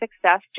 success